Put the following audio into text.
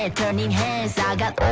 ah turnin heads i got